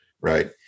right